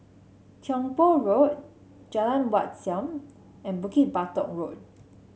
Tiong Poh Road Jalan Wat Siam and Bukit Batok Road